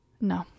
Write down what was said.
no